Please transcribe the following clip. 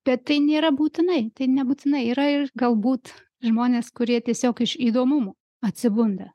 bet tai nėra būtinai tai nebūtinai yra ir galbūt žmonės kurie tiesiog iš įdomumo atsibunda